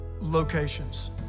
locations